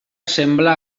sembla